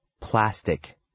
Plastic